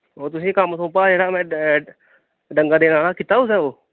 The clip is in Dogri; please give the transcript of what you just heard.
ओह् तुसें ई कम्म सौंपा हा जेह्ड़ा में ड ड डंग्गा देने आह्ला कीता तुसें ओह्